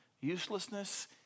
uselessness